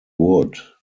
wood